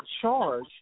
charge